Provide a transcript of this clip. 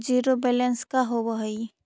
Zero balance का होव हइ?